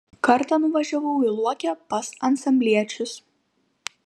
kartą nuvažiavau į luokę pas ansambliečius